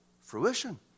fruition